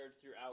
throughout